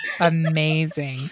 Amazing